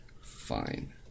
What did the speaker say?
Fine